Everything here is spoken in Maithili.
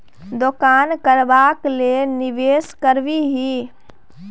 दोकान करबाक लेल निवेश करबिही